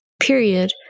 period